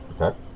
Okay